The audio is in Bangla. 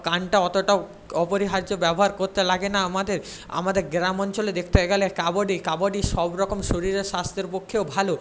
কানটা অতটাও অপরিহার্য ব্যবহার করতে লাগে না আমাদের আমাদের গ্রাম অঞ্চলে দেখতে গেলে কাবাডি কাবাডি সব রকম শরীরের স্বাস্থ্যের পক্ষেও ভালো